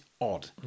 odd